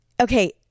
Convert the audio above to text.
Okay